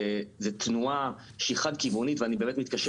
זאת תנועה שהיא חד כיוונית ואני באמת מתקשה